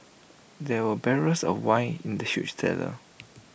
there were barrels of wine in the huge cellar